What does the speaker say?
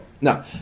No